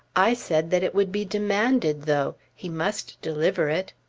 i said that it would be demanded, though he must deliver it.